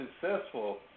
successful